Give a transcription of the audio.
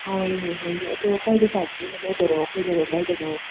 ꯍꯣꯏꯅꯦ ꯍꯣꯏꯅꯦ ꯑꯗꯣ ꯀꯔꯥꯏꯗ ꯆꯥꯁꯤꯒꯦꯅꯦ ꯅꯣꯏꯗꯔꯣ ꯑꯩꯈꯣꯏꯗꯔꯣ ꯀꯗꯥꯏꯗꯅꯣ